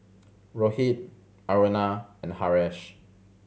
Rohit Aruna and Haresh